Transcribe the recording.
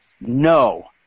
no